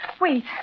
wait